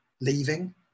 leaving